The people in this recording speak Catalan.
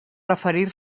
referir